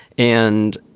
and